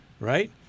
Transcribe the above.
Right